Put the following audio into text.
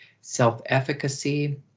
self-efficacy